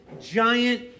giant